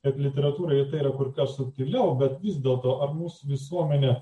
literatūrai tai yra kur kas subtiliau bet vis dėlto ar mūsų visuomenė